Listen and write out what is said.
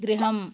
गृहम्